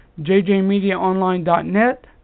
jjmediaonline.net